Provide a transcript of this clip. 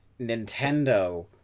Nintendo